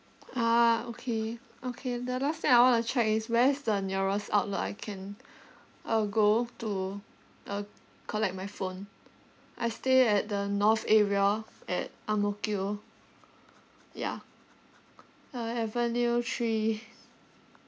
ah okay okay the last thing I want to check is where's the nearest outlet I can uh go to uh collect my phone I stay at the north area at ang mo kio yeah uh avenue three